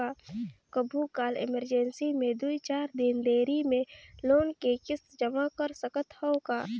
कभू काल इमरजेंसी मे दुई चार दिन देरी मे लोन के किस्त जमा कर सकत हवं का?